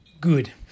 good